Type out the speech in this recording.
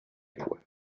lengua